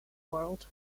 world